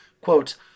Quote